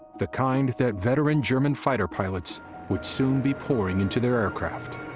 the kind that veteran german fighter pilots would soon be pouring into their aircraft.